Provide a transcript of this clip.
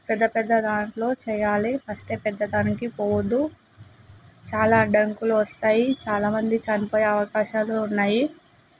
పెద్ద పెద్ద దాంట్లో చేయాలి ఫస్టే పెద్ద దానికి పోవద్దు చాలా అడ్డంకులు వస్తాయి చాలా మంది చనిపోయే అవకాశాలు ఉన్నాయి